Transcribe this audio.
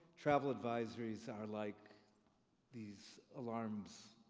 travel advisories are like these alarms,